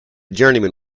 journeyman